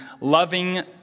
loving